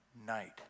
night